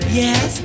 yes